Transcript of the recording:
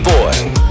Boy